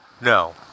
No